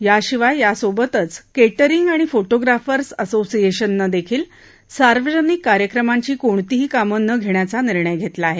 याशिवाय यासोबतच केटरींग आणि फोटोग्राफर्स असोसिएशनने देखील सार्वजनिक कार्यक्रमांची कोणतीही कामं न घेण्याचा निर्णय घेतला आहे